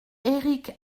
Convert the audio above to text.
éric